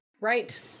Right